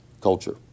culture